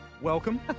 welcome